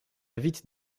vite